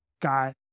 Got